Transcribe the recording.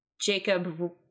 Jacob